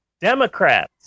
Democrats